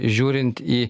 žiūrint į